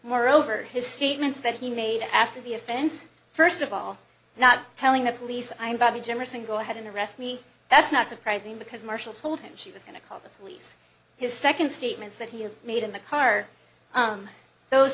moreover his statements that he made after the offense first of all not telling the police i'm very generous and go ahead and arrest me that's not surprising because marshall told him she was going to call the police his second statements that he made in the car those